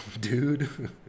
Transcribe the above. dude